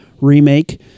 remake